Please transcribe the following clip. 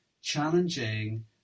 challenging